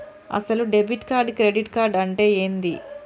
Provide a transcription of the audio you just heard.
అసలు debit card credit card అంటే ఏంది?